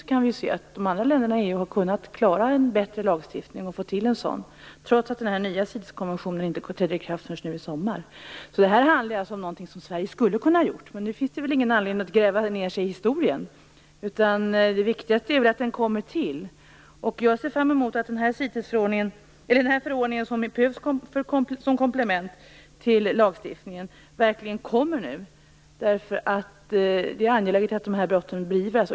Vi kan se att de andra länderna i EU har kunnat få till en bättre lagstiftning, trots att den nya CITES-konventionen inte träder i kraft förrän i sommar. Det här handlar alltså om någonting som Sverige skulle ha kunnat göra. Men nu finns det ingen anledning att gräva ned sig i historien. Det viktigaste är att den kommer till. Jag ser fram emot att den förordning som behövs som komplement till lagstiftningen verkligen kommer nu. Det är angeläget att de här brotten beivras.